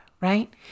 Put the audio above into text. right